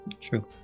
True